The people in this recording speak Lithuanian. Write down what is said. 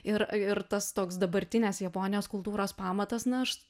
ir ir tas toks dabartinės japonijos kultūros pamatas nors